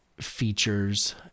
features